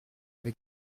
avec